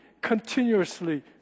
continuously